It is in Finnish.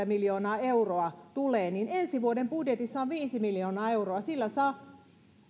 miljoonaa euroa tulee niin ensi vuoden budjetissa on viisi miljoonaa euroa sillä